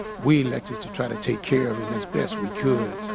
we elected to try to take care of him as best we could.